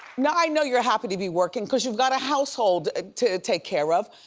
now i know you're happy to be working cause you've got a household to take care of.